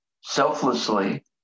selflessly